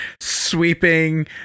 sweeping